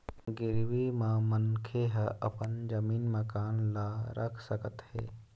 गिरवी म मनखे ह अपन जमीन, मकान ल रख सकत हे